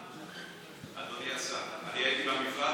אדוני השר, אני הייתי במפעל,